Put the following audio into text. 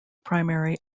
primary